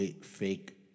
fake